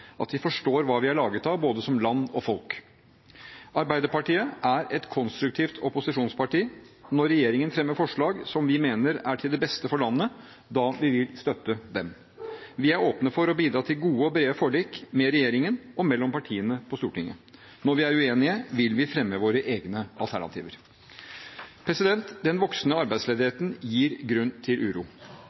at vi forstår hva vi er laget av både som land og folk. Arbeiderpartiet er et konstruktivt opposisjonsparti. Når regjeringen fremmer forslag som vi mener er til det beste for landet, vil vi støtte dem. Vi er åpne for å bidra til gode og brede forlik – med regjeringen og mellom partiene på Stortinget. Når vi er uenige, vil vi fremme våre egne alternativer. Den voksende arbeidsledigheten gir grunn til uro.